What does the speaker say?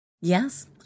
Yes